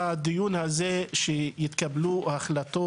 בדיון הזה, אני מצפה שיתקבלו החלטות.